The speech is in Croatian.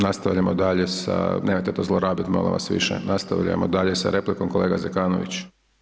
Nastavljamo dalje sa, nemojte to zlorabiti molim vas više, nastavljamo dalje sa replikom, kolega Zekoanović.